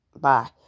bye